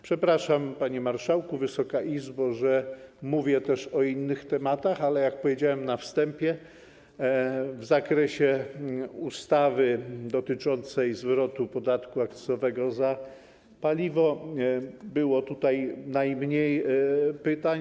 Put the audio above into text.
Przepraszam, panie marszałku, Wysoka Izbo, że mówię też o innych tematach, ale jak powiedziałem na wstępie, z zakresu ustawy dotyczącej zwrotu podatku akcyzowego za paliwo było tutaj najmniej pytań.